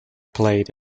played